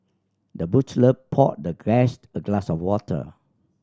the butler poured the guest a glass of water